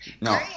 No